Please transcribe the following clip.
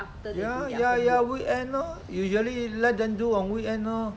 yeah yeah yeah weekend lor usually let them do on weekend lor